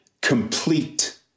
complete